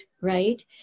right